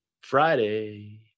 Friday